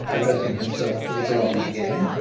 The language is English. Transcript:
addressing himself to the bronze again.